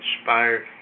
inspired